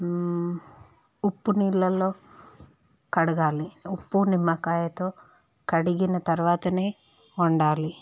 ఉప్పు నీళ్ళల్లో కడగాలి ఉప్పు నిమ్మకాయతో కడిగిన తరువాతనే వండాలి